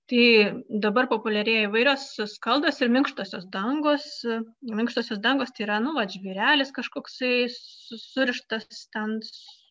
tai dabar populiarėja įvairios skaldos ir minkštosios dangos minkštosios dangos tai yra nu vat žvyrelis kažkoksai surištas ten